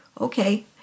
Okay